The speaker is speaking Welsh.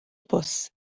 bws